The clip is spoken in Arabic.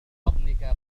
فضلك